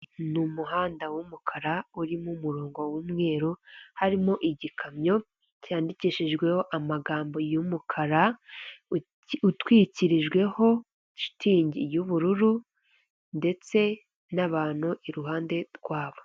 Ni umuhanda w'umukara urimo umurongo w'umweru harimo igikamyo cyandikishijweho amagambo y'umukara utwikirijweho shitingi y'ubururu ndetse n'abantu iruhande rwabo.